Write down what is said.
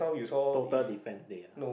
total defence day ah